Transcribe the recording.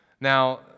Now